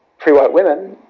free white women,